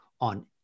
on